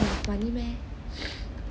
funny meh